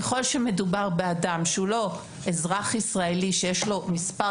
ככל שמדובר באדם שהוא לא אזרח ישראלי שיש לו מספר